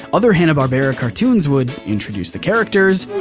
other hanna-barbera cartoons would introduce the characters.